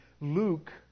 Luke